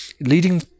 leading